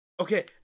Okay